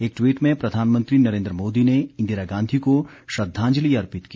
एक ट्वीट में प्रधानमंत्री नरेन्द्र मोदी ने इंदिरा गांधी को श्रद्धांजलि अर्पित की